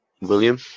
William